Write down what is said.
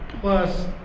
plus